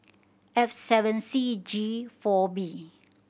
F seven C G four B